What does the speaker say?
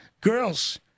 Girls